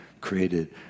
created